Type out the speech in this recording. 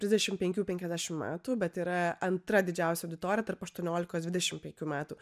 trisdešim penkių penkiasdešim metų bet yra antra didžiausia auditorija tarp aštuoniolikos dvidešim penkių metų